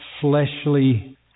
fleshly